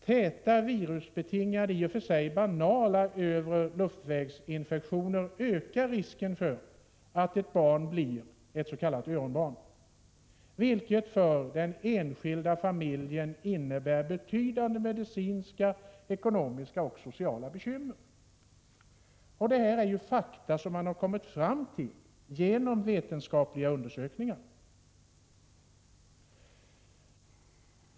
Täta virusbetingade i och för sig banala infektioner i övre luftvägar ökar risken för att ett barn blir ett s.k. öronbarn, vilket för den enskilda familjen innebär betydande medicinska, ekonomiska och sociala bekymmer. Det här är fakta som man har kommit fram till genom vetenskapliga undersökningar.